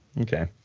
okay